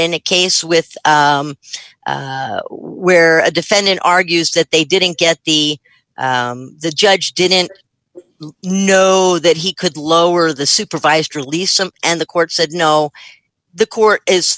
in a case with where a defendant argues that they didn't get the the judge didn't know that he could lower the supervised release some and the court said no the court is